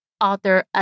author